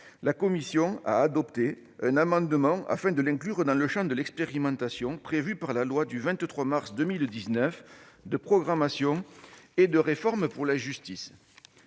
la commission a adopté un amendement afin de l'inclure dans le champ de l'expérimentation prévue par la loi du 23 mars 2019 de programmation 2018-2022 et de réforme pour la justice.